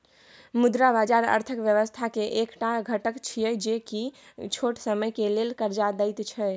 मुद्रा बाजार अर्थक व्यवस्था के एक टा घटक छिये जे की छोट समय के लेल कर्जा देत छै